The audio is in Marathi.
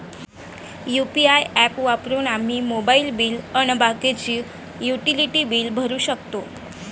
यू.पी.आय ॲप वापरून आम्ही मोबाईल बिल अन बाकीचे युटिलिटी बिल भरू शकतो